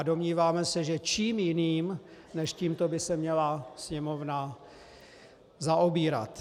Domníváme se, že čím jiným než tímto by se měla Sněmovna zaobírat.